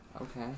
Okay